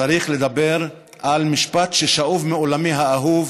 צריך לדבר על משפט ששאוב מעולמי האהוב,